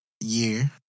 year